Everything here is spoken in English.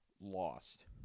lost